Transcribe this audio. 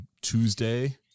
Tuesday